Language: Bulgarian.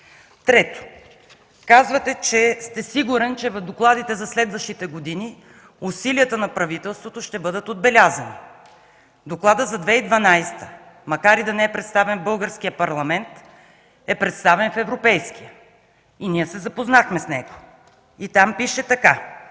Трето, казвате, че сте сигурен, че в докладите за следващите години усилията на правителството ще бъдат отбелязани. В Доклада за 2012 г., макар и да не е представен в Българския парламент, е представен в Европейския, и ние се запознахме с него. Там пише така: